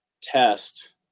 test